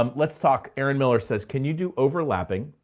um let's talk. aaron miller says, can you do overlapping